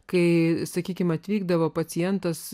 kai sakykime atvykdavo pacientas